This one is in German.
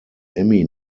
emmy